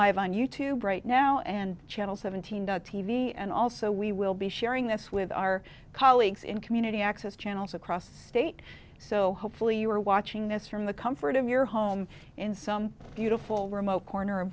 live on you tube right now and channel seven hundred t v and also we will be sharing this with our colleagues in community access channels across the state so hopefully you are watching this from the comfort of your home in some beautiful remote corner